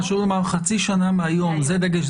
חשוב לומר, חצי שנה מהיום, זה הדגש.